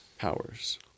powers